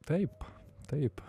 taip taip